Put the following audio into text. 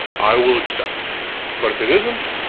i will accept but if it isn't,